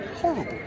horrible